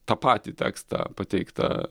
tą patį tekstą pateiktą